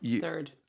Third